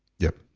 yep